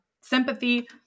sympathy